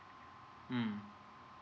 mm